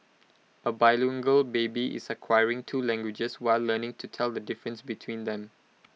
A bilingual baby is acquiring two languages while learning to tell the difference between them